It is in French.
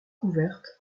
couverte